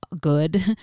good